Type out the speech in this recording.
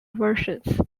versions